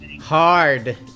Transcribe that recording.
hard